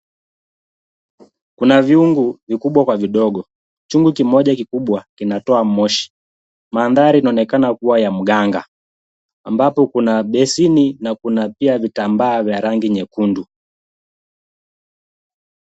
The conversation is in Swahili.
Kuna vyungu vikubwa kwa vidogo, chungu kimoja kikubwa kinatoa moshi, mandhari inaonekana kuwa ya mganga ambapo kuna besini na kuna pia vitambaa vya rangi nyekundu.